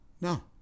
No